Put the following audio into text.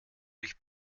ich